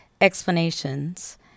explanations